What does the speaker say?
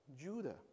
Judah